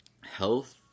health